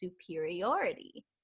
superiority